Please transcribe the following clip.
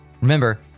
Remember